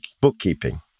Bookkeeping